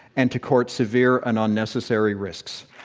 and to court severe and unnecessary risks.